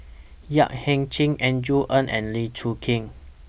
Yap Ee Chian Andrew Ang and Lee Choon Kee